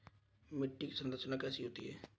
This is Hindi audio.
मिट्टी की संरचना कैसे होती है?